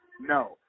No